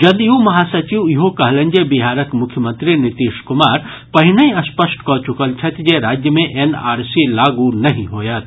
जदयू महासचिव ईहो कहलनि जे बिहारक मुख्यमंत्री नीतीश कुमार पहिनहि स्पष्ट कऽ चुकल छथि जे राज्य मे एनआरसी लागू नहि होयत